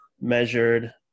measured